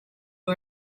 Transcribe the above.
who